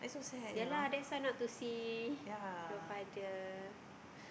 ya lah that's why not to see your father